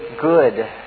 good